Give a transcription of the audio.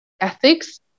ethics